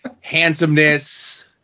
handsomeness